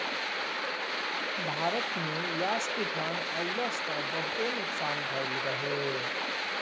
भारत में यास तूफ़ान अइलस त बहुते नुकसान भइल रहे